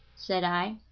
said i.